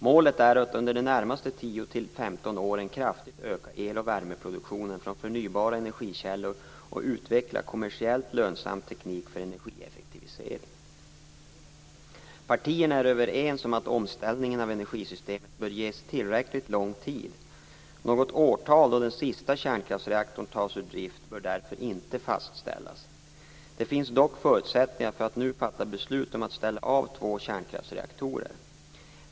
Målet är att under de närmaste tio till femton åren kraftigt öka el och värmeproduktionen från förnybara energikällor och utveckla kommersiellt lönsam teknik för energieffektivisering. Partierna är överens om att omställningen av energisystemet bör ges tillräckligt lång tid. Något årtal då den sista kärnkraftsreaktorn tas ur drift bör därför inte fastställas. Det finns dock förutsättningar för att nu fatta beslut om att ställa av två kärnkraftsreaktorer.